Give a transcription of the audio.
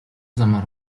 замаар